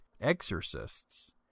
exorcists